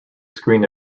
screen